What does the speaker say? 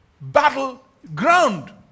battleground